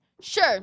Sure